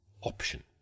option